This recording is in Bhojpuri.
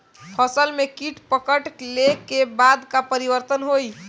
फसल में कीट पकड़ ले के बाद का परिवर्तन होई?